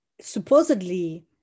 supposedly